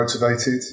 motivated